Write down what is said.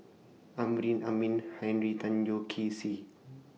Amrin Amin Henry Tan Yoke See